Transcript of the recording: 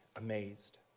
amazed